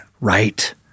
Right